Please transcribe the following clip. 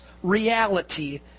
reality